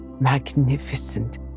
Magnificent